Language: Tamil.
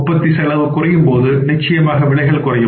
உற்பத்தி செலவு குறையும் போது நிச்சயமாக விலைகள் குறையும்